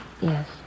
Yes